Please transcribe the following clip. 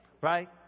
Right